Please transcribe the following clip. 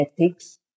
ethics